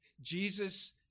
Jesus